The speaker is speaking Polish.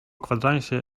kwadransie